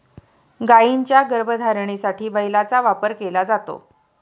गायींच्या गर्भधारणेसाठी बैलाचा वापर केला जातो